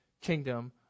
kingdom